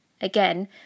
Again